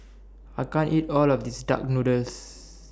I can't eat All of This Duck Noodles